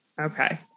Okay